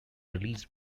released